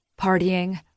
Partying